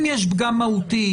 אם יש פגם מהותי,